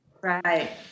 Right